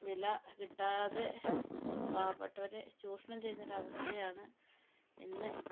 വില കിട്ടാതെ പാവപ്പെട്ടവരെ ചൂഷണം ചെയ്യുന്ന ഒരു അവസ്ഥയാണ് ഇന്ന്